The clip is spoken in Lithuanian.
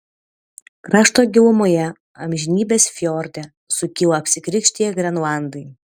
krašto gilumoje amžinybės fjorde sukyla apsikrikštiję grenlandai